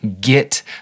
get